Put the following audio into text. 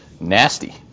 nasty